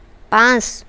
পাঁচ